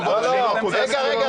רגע,